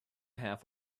half